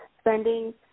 spending